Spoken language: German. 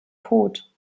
tod